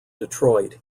detroit